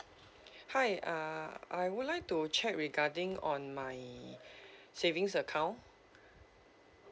hi uh I would like to check regarding on my savings account